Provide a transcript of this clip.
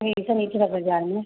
जी तो निचला बाज़ार में